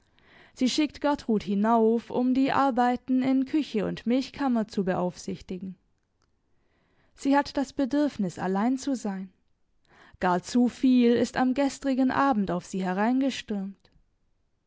sie schickt gertrud hinauf um die arbeiten in küche und milchkammer zu beaufsichtigen sie hat das bedürfnis allein zu sein gar zu viel ist am gestrigen abend auf sie